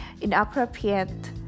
inappropriate